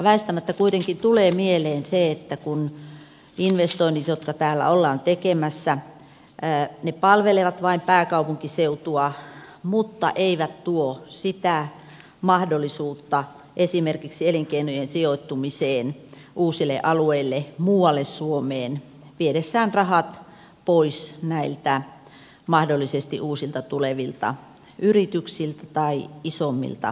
väistämättä kuitenkin tulee mieleen se että investoinnit joita täällä ollaan tekemässä palvelevat vain pääkaupunkiseutua mutta eivät tuo sitä mahdollisuutta esimerkiksi elinkeinojen sijoittumiseen uusille alueille muualle suomeen viedessään rahat pois näiltä mahdollisesti uusilta tulevilta yrityksiltä tai isommilta elinkeinohankkeilta